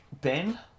Ben